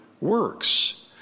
works